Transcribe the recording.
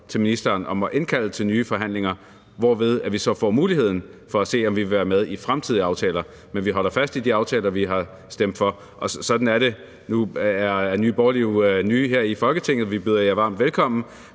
at ministeren indkalder til nye forhandlinger, hvorved vi så får muligheden for at se, om vi vil være med i fremtidige aftaler. Men vi holder fast i de aftaler, vi har stemt for, og sådan er det. Nu er Nye Borgerlige jo nye her i Folketinget. Vi byder jer varmt velkommen.